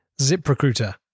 ZipRecruiter